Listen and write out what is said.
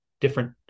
different